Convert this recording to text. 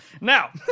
now